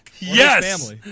Yes